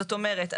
זאת אומרת,